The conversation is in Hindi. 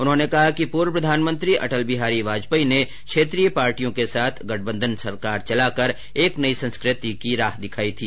उन्होंने कहा कि पूर्व प्रधानमंत्री अटल बिहारी वाजपेयी ने क्षेत्रीय पार्टियों के साथ गठबंधन सरकार चलाकर एक नई संस्कृति की राह दिखाई थी